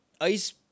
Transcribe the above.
ice